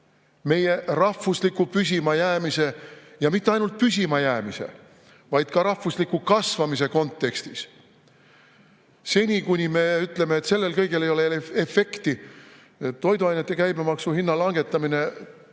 meie rahvusliku püsimajäämise ja mitte ainult püsimajäämise, vaid ka rahvusliku kasvamise kontekstis. Seni, kuni me ütleme, et sellel kõigel ei ole efekti, toiduainete käibemaksu hinna langetamine on